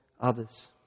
others